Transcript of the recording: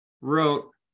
wrote